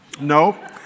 No